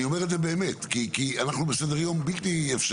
אני אומר את זה באמת כי לפנינו סדר יום בלי אפשרי.